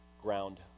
ground